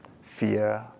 fear